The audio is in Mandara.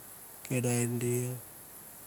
Kenda dia.